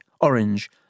orange